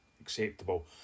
acceptable